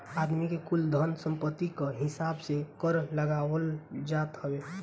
आदमी के कुल धन सम्पत्ति कअ हिसाब से कर लगावल जात हवे